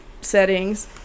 settings